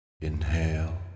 Inhale